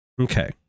Okay